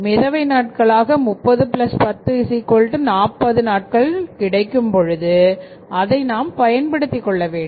மிதவை நாட்களாக 301040 கிடைக்கும் பொழுது அதை நாம் பயன்படுத்திக் கொள்ள வேண்டும்